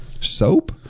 Soap